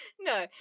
No